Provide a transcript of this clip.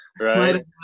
right